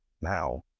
now